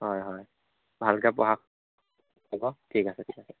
হয় হয় ভালকৈ পঢ়া ঠিক আছে ঠিক আছে